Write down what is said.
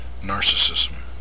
narcissism